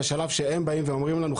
בשלב שהם באים ואומרים לנו,